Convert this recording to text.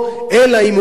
אלא אם כן הוא מבקש,